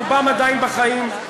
רובם עדיין בחיים,